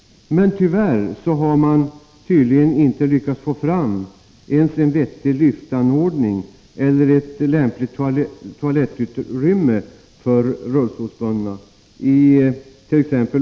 Men tyvärr har man tydligen inte ens lyckats få fram en vettig lyftanordning eller ett lämpligt toalettutrymme för rullstolsbundna it.ex.